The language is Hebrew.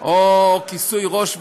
או כיסוי ראש וכו'.